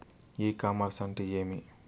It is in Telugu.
ఇ కామర్స్ అంటే ఏమి?